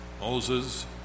Moses